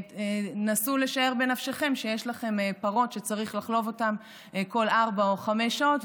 נסו לשער בנפשכם שיש לכם פרות שצריך לחלוב אותן כל ארבע או חמש שעות,